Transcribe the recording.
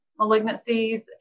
malignancies